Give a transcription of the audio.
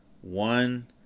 One